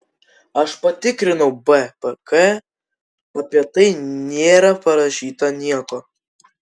aš patikrinau bpk apie tai nėra parašyta nieko